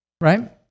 Right